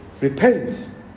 Repent